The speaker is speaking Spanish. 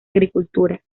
agricultura